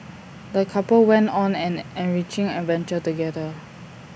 the couple went on an enriching adventure together